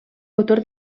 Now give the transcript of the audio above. autor